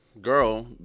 girl